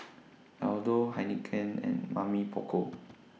Aldo Heinekein and Mamy Poko